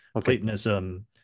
platonism